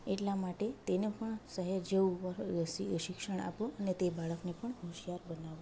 એટલા માટે તેને પણ શહેર જેવુ શિક્ષણ આપો અને તે બાળકને પણ હોશિયાર બનાવો